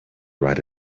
write